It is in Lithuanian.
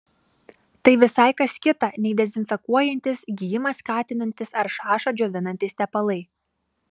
tai visai kas kita nei dezinfekuojantys gijimą skatinantys ar šašą džiovinantys tepalai